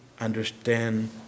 understand